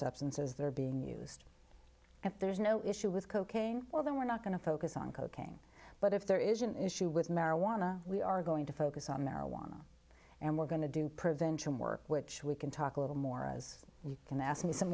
substances that are being used and there is no issue with cocaine although we're not going to focus on cocaine but if there is an issue with marijuana we are going to focus on marijuana and we're going to do prevention work which we can talk a little more as you can ask me some